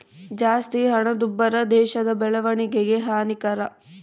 ಜಾಸ್ತಿ ಹಣದುಬ್ಬರ ದೇಶದ ಬೆಳವಣಿಗೆಗೆ ಹಾನಿಕರ